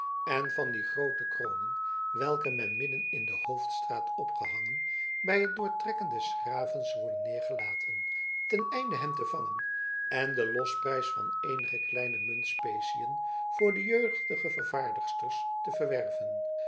en van die groote kronen welke midden in de hoofdstraat opgehangen bij het doortrekken des graven worden neergelaten ten einde hem te vangen en den losprijs van eenige kleine muntspeciën voor de jeugdige vervaardigsters te verwerven